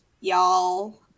y'all